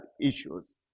issues